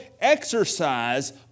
exercise